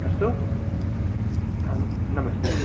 अस्तु नमस्ते